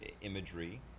imagery